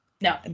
No